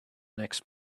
next